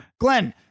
Glenn